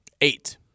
Eight